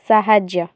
ସାହାଯ୍ୟ